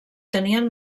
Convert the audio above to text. tenien